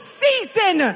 season